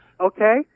Okay